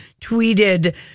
tweeted